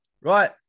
right